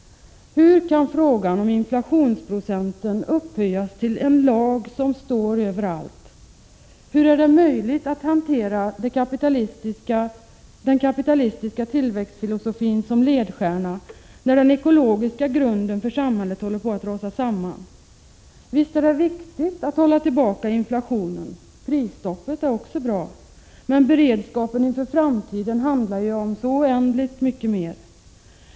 Hur kan frågan om inflationsprocenten upphöjas till en lag som står över allt? Hur är det möjligt att använda den kapitalistiska tillväxtfilosofin som ledstjärna när den ekologiska grunden för samhället håller på att rasa samman? Visst är det viktigt att hålla tillbaka inflationen. Prisstoppet är också bra. Men beredskapen inför framtiden handlar om så oändligt mycket mer.